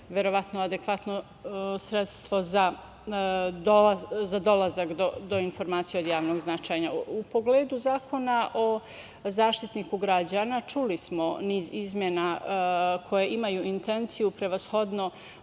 verovatno adekvatno sredstvo za dolazak do informacija od javnog značaja.U pogledu Zakona o Zaštitniku građana čuli smo niz izmena koje imaju intenciju prevashodno